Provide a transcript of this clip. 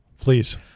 please